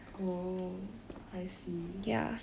oh I see